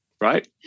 right